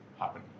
happen